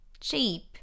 Cheap